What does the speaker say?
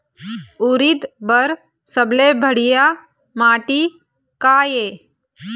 उरीद बर सबले बढ़िया माटी का ये?